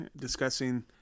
discussing